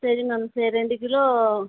சரி மேம் சரி ரெண்டு கிலோ